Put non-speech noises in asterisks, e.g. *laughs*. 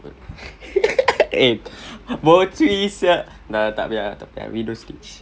*laughs* eh bocui sia nah tak payah tak payah we don't snitch